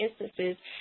instances